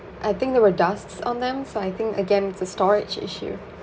I think there were dusts on them so I think again it's a storage issue